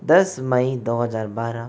दस मई दो हज़ार बारह